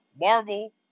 Marvel